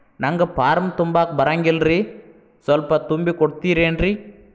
ನಂಗ ಫಾರಂ ತುಂಬಾಕ ಬರಂಗಿಲ್ರಿ ಸ್ವಲ್ಪ ತುಂಬಿ ಕೊಡ್ತಿರೇನ್ರಿ?